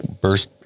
burst